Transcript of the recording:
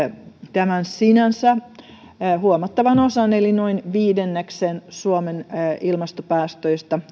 tämän sinänsä huomattavan osan eli noin viidenneksen suomen ilmastopäätöistä